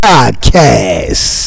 Podcast